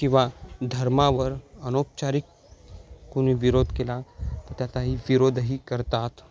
किंवा धर्मावर अनौपचारिक कुणी विरोध केला तर त्याचाही विरोधही करतात